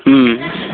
ம்